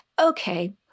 okay